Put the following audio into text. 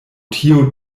tio